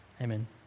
Amen